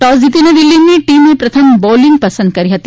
toss જીતીને દિલ્હીની ટીમે પ્રથમ બોલિંગ પસંદ કરી હતી